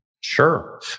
Sure